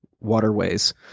waterways